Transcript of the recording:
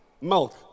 Milk